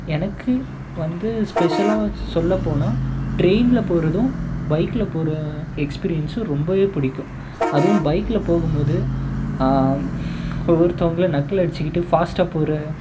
எனக்கு வந்து ஸ்பெஷலாக சொல்லப்போனால் ட்ரெயினில் போகிறதும் பைக்கில் போகிற எக்ஸ்பீரியன்ஸும் ரொம்பவே பிடிக்கும் அதுவும் பைக்கில் போகும்போது ஒவ்வொருத்தங்கள நக்கலடிச்சுக்கிட்டு ஃபாஸ்ட்டாக போகிற